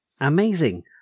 Amazing